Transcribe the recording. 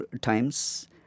times